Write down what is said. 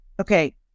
okay